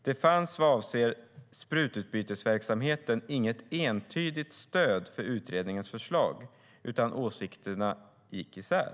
Det fanns vad avser sprututbytesverksamhet inget entydigt stöd för utredningens förslag, utan åsikterna gick isär.